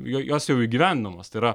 jo jos jau įgyvendinamos tai yra